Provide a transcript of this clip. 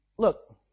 Look